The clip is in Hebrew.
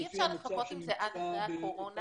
אי אפשר לחכות עם זה עד אחרי הקורונה?